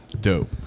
Dope